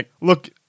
look